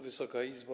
Wysoka Izbo!